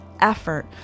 effort